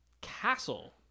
Castle